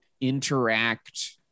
interact